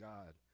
God